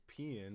peeing